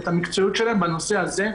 את המקצועיות שלהם בנושא הזה.